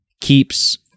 keeps